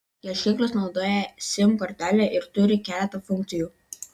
ieškiklis naudoja sim kortelę ir turi keletą funkcijų